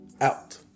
out